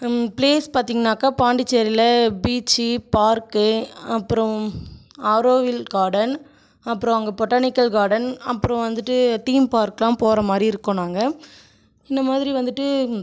place பார்த்தீங்கன்னாக்கா பாண்டிச்சேரியில் beach park அப்புறம் ஆரோவில் கார்டன் அப்புறம் அங்கே பொட்டானிக்கல் கார்டன் அப்புறம் வந்துட்டு தீம் பார்க்லாம் போகிற மாதிரி இருக்கோம் நாங்கள் இந்தமாதிரி வந்துட்டு